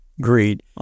Greed